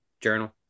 journal